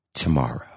tomorrow